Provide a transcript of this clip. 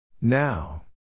Now